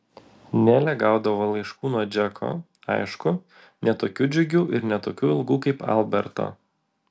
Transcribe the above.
nelė gaudavo laiškų nuo džeko aišku ne tokių džiugių ir ne tokių ilgų kaip alberto